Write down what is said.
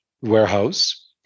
warehouse